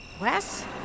Wes